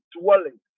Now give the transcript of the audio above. dwelling